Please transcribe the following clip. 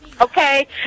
okay